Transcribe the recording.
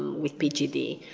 with pgd.